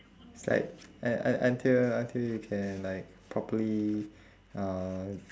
it's like un~ un~ until until you can like properly uh